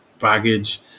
Baggage